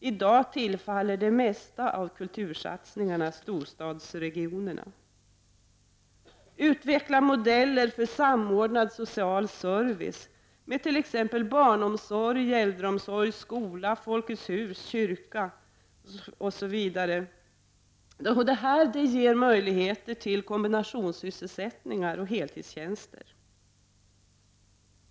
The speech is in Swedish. I dag tillfaller det mesta av kultursatsningarna storstadsregionerna. Utveckla modeller för samordnad social service med t.ex. barnomsorg, äldreomsorg, skola, Folkets hus, kyrkan osv. Detta ger möjligheter till kombinationssysselsättningar och heltidstjänster.